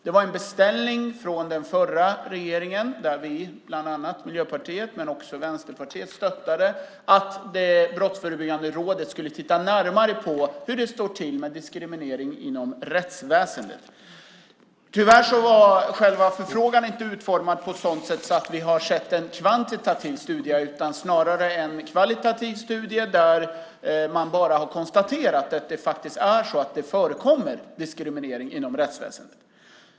Det var en beställning från den förra regeringen, som Miljöpartiet men också Vänsterpartiet stöttade, till Brottsförebyggande rådet om att de skulle titta närmare på hur det stod till med diskrimineringen inom rättsväsendet. Tyvärr var själva förfrågan inte utformad på ett sådant sätt att vi har sett en kvantitativ studie utan snarare en kvalitativ studie. Där konstateras bara att det faktiskt förekommer diskriminering inom rättsväsendet.